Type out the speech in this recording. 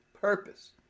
purpose